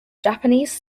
japanese